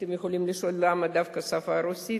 אתם יכולים לשאול: למה דווקא השפה הרוסית?